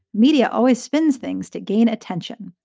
media always spins things to gain attention.